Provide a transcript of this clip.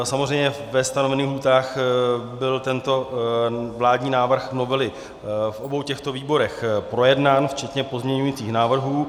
Samozřejmě, ve stanovených lhůtách byl tento vládní návrh novely v obou výborech projednán včetně pozměňujících návrhů.